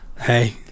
hey